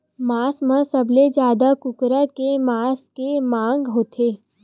मांस म सबले जादा कुकरा के मांस के मांग होथे